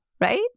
right